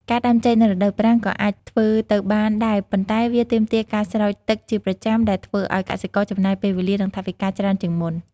ការដាំចេកនៅរដូវប្រាំងក៏អាចធ្វើទៅបានដែរ ប៉ុន្តែវាទាមទារការស្រោចទឹកជាប្រចាំដែលធ្វើឱ្យកសិករចំណាយពេលវេលានិងថវិកាច្រើនជាងមុន។